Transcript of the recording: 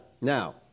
Now